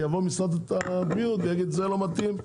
כי יבוא משרד הבריאות ויגיד זה לא מתאים,